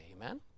amen